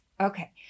Okay